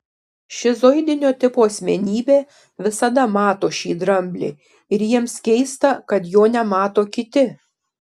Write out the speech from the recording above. šizoidinio tipo asmenybė visada mato šį dramblį ir jiems keista kad jo nemato kiti